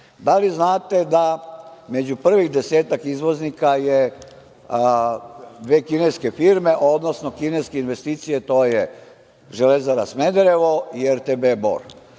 li znate da među prvih desetak izvoznika su dve kineske firme, odnosno kineske investicije? To su „Železara“ Smederevo i RTB Bor.